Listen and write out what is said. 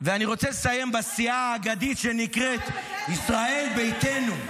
אני רוצה לסיים בסיעה האגדית שנקראת ישראל ביתנו.